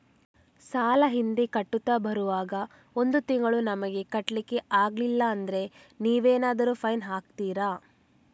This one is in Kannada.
ಸಾಲ ಹಿಂದೆ ಕಟ್ಟುತ್ತಾ ಬರುವಾಗ ಒಂದು ತಿಂಗಳು ನಮಗೆ ಕಟ್ಲಿಕ್ಕೆ ಅಗ್ಲಿಲ್ಲಾದ್ರೆ ನೀವೇನಾದರೂ ಫೈನ್ ಹಾಕ್ತೀರಾ?